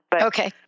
Okay